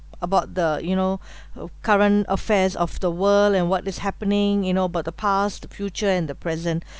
about the you know uh current affairs of the world and what is happening you know about the past future and the present